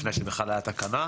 לפני שהייתה תקנה.